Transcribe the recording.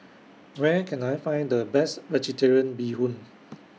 Where Can I Find The Best Vegetarian Bee Hoon